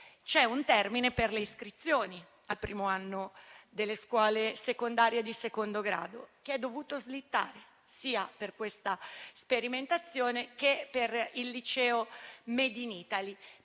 c'è un termine per le iscrizioni al primo anno delle scuole secondarie di secondo grado, che è dovuto slittare sia per questa sperimentazione che per il liceo *made in Italy*.